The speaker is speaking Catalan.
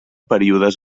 períodes